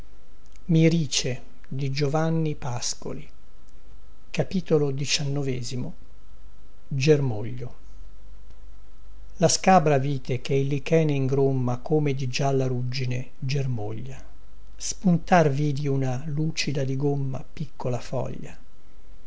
e le ginestre la scabra vite che il lichene ingromma come di gialla ruggine germoglia spuntar vidi una lucida di gomma piccola foglia